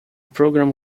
program